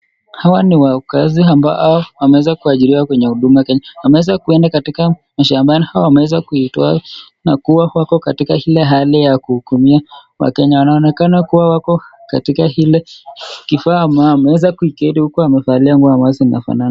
Hawa ni wakaazi ambao hawa wameweza kuachiriwa kwenye Huduma Kenya, wameweza kuenda katika mashambani au wameweza kuitwa na katika Ile hali ya kuhukumia wakenya, wanaonekana kuwa wako katika kile kifaa ambayo amevalia nguo ambazo zinafanana.